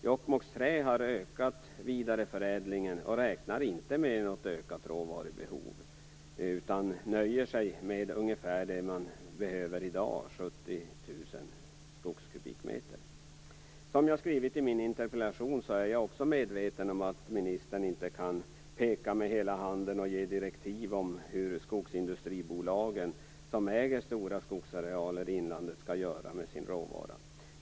Jokkmokks Trä har ökat vidareförädlingen och räknar inte med något ökat råvarubehov utan nöjer sig med ungefär det som man behöver i dag, 70 000 skogskubikmeter. Som jag skrivit i min interpellation är jag också medveten om att ministern inte kan peka med hela handen och ge direktiv om hur skogsindustribolagen, som äger stora skogsarealer i inlandet, skall göra med sin råvara.